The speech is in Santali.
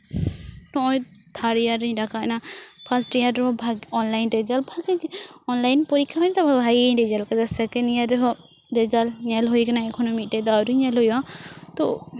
ᱱᱚᱜᱼᱚᱭ ᱛᱷᱟᱨᱰ ᱤᱭᱟᱨ ᱨᱤᱧ ᱨᱟᱠᱟᱵ ᱮᱱᱟ ᱯᱷᱟᱥᱴ ᱤᱭᱟᱨ ᱨᱮᱦᱚᱸ ᱵᱷᱟᱹᱜᱤ ᱚᱱᱞᱟᱭᱤᱱ ᱨᱮᱡᱟᱞᱴ ᱵᱷᱟᱹᱜᱤ ᱜᱮ ᱚᱱᱞᱟᱭᱤᱱ ᱯᱚᱨᱤᱠᱠᱷᱟ ᱦᱩᱭ ᱱᱟ ᱛᱟᱨᱯᱚᱨ ᱵᱷᱟᱹᱜᱤ ᱜᱤᱧ ᱨᱮᱡᱟᱞᱴ ᱠᱮᱫᱟ ᱥᱮᱠᱮᱱᱰ ᱤᱭᱟᱨ ᱨᱮᱦᱚᱸ ᱨᱮᱡᱟᱞᱴ ᱧᱮᱞ ᱦᱩᱭ ᱠᱟᱱᱟ ᱮᱠᱷᱚᱱ ᱦᱚᱸ ᱢᱤᱫᱴᱮᱱ ᱫᱚ ᱟᱹᱣᱨᱤ ᱧᱮᱞ ᱦᱩᱭᱩᱜᱼᱟ ᱛᱳ